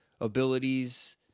abilities